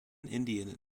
indian